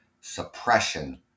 suppression